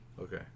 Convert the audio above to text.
Okay